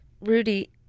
Rudy